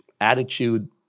attitude